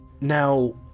now